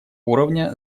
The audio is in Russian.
уровня